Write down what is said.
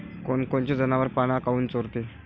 कोनकोनचे जनावरं पाना काऊन चोरते?